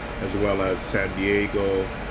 as well as san diego,